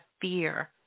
fear